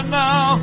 now